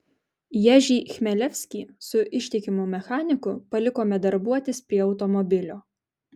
ježį chmelevskį su ištikimu mechaniku palikome darbuotis prie automobilio